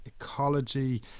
ecology